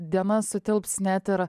dienas sutilps net ir